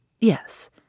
Yes